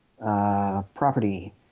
property